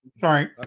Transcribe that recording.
Sorry